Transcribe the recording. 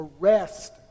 arrest